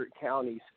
counties